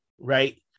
right